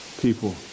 people